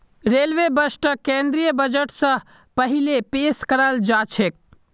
railway बजटक केंद्रीय budget स पहिले पेश कराल जाछेक